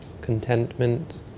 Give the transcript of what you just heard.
contentment